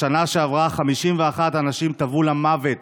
בשנה שעברה 51 אנשים טבעו למוות